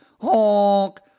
HONK